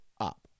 up